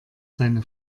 seine